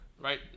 Right